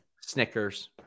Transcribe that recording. Snickers